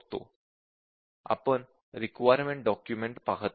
आपण requirement document पाहत नाही